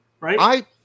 Right